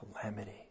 calamity